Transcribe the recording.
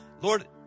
Lord